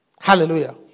hallelujah